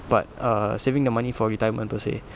but err saving the money for retirement per se